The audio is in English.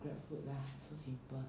grabfood lah so simple